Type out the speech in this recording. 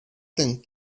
think